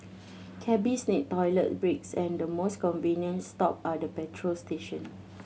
cabbies need toilet breaks and the most convenient stop are the petrol station